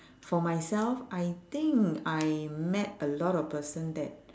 for myself I think I met a lot of person that